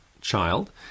child